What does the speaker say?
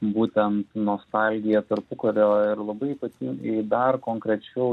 būtent nostalgija tarpukario ir labai ypatingai dar konkrečiau